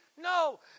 No